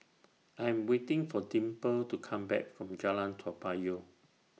I Am waiting For Dimple to Come Back from Jalan Toa Payoh